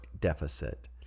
deficit